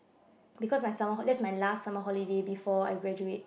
because my summer that's my last summer holiday before I graduate